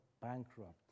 bankrupt